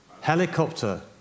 Helicopter